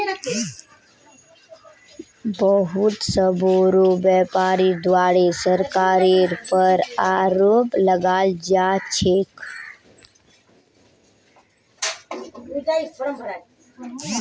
बहुत स बोरो व्यापीरीर द्वारे सरकारेर पर आरोप लगाल जा छेक